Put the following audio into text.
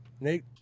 nate